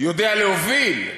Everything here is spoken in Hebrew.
יודע להוביל,